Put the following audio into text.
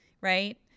right